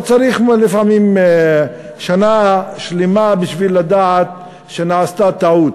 לא צריך לפעמים שנה שלמה בשביל לדעת שנעשתה טעות.